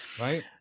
Right